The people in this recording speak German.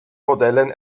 modellen